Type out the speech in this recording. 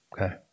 Okay